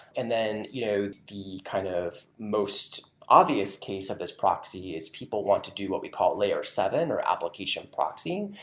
and then, you know the kind of most obvious case of this proxy is people want to do what we call layer seven, or application proxying,